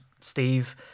steve